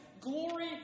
glory